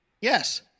Yes